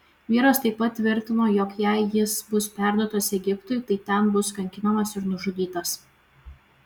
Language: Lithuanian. vyras taip pat tvirtino jog jei jis bus perduotas egiptui tai ten bus kankinamas ir nužudytas